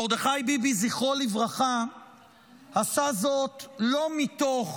מרדכי ביבי ז"ל עשה זאת לא מתוך